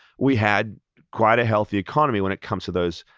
we had quite a healthy economy when it comes to those,